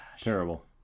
Terrible